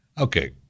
Okay